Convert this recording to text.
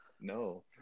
No